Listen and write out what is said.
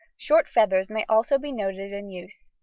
short feathers may also be noted in use.